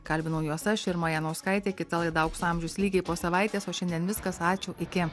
kalbinau juos aš irma janauskaitė kita laida aukso amžiaus lygiai po savaitės o šiandien viskas ačiū iki